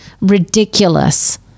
ridiculous